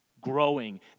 growing